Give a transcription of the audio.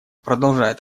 продолжает